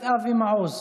אבוטבול,